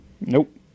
Nope